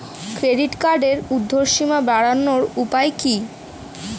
Credit কার্ডের উর্ধ্বসীমা বাড়ানোর উপায় কি?